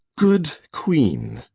good queen!